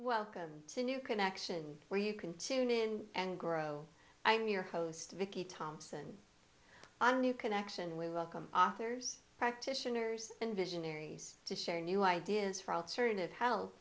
welcome to new connection where you can tune in and grow i'm your host vicky thompson on new connection we welcome authors practitioners and visionaries to share new ideas for alternative health